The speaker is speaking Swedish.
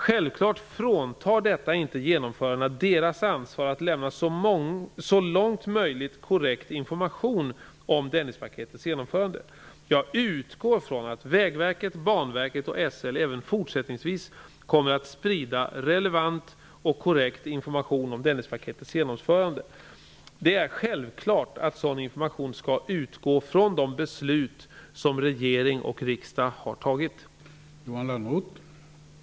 Självklart fråntar detta inte genomförarna deras ansvar att lämna så långt möjligt korrekt information om Dennispaketets genomförande. Jag utgår ifrån att Vägverket, Banverket och SL även fortsättningsvis kommer att sprida relevant och korrekt information om Dennispaketets genomförande. Det är självklart att sådan information skall utgå från de beslut som regering och riksdag har tagit. Då Eva Zetterberg, som framställt frågan, anmält att hon var förhindrad att närvara vid sammanträdet, medgav tredje vice talmannen att Johan Lönnroth i stället fick delta i överläggningen.